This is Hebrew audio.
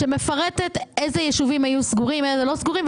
שמפרט איזה יישובים היו סגורים ואיזה היו לא סגורים,